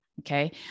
Okay